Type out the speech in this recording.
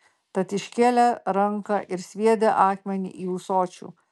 tad iškėlė ranką ir sviedė akmenį į ūsočių